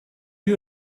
you